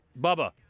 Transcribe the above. Bubba